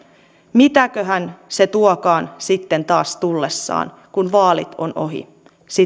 mitäköhän se tuokaan sitten taas tullessaan kun vaalit ovat ohi